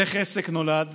איך עסק נולד?